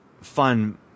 fun